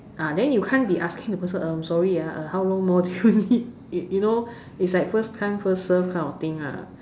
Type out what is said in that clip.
uh then you can't be asking the person um sorry uh how long more do you need you you know it's like first come first serve kind of thing lah